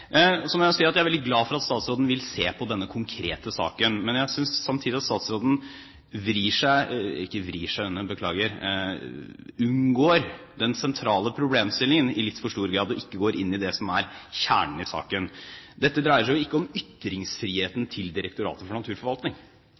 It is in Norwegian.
statsråden vil se på denne konkrete saken. Men jeg synes samtidig at statsråden unngår den sentrale problemstillingen i litt for stor grad og ikke går inn i det som er kjernen i saken. Dette dreier seg ikke om ytringsfriheten til Direktoratet for naturforvaltning.